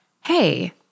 hey